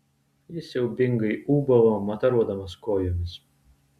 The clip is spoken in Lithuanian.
jis siaubingai ūbavo mataruodamas kojomis